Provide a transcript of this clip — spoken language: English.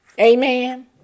Amen